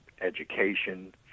education